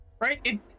right